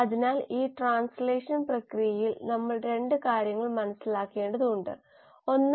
അതിനാൽ ഈ ട്രാൻസ്ലേഷൻ പ്രക്രിയയിൽ നമ്മൾ 2 കാര്യങ്ങൾ മനസ്സിലാക്കേണ്ടതുണ്ട് 1